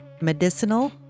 medicinal